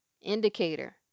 indicator